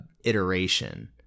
iteration